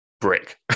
brick